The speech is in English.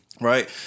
Right